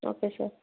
okay sir